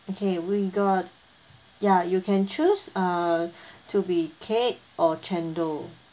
okay we got ya you can choose uh to be cake or cendol